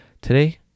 today